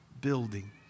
building